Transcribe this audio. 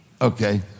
Okay